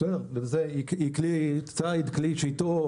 היא כלי צייד, כלי שאיתו